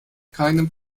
keinem